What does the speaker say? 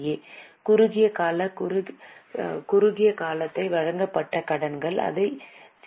ஏ குறுகிய கால குறுகிய காலத்திற்கு வழங்கப்பட்ட கடன்கள் அதை சி